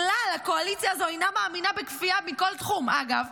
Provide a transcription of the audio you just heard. הקואליציה הזאת אינה מאמינה בכפייה מכל תחום, אגב,